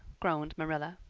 groaned marilla.